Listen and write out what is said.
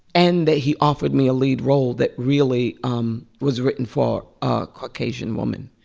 and that he offered me a lead role that really um was written for a caucasian woman.